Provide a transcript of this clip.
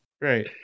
right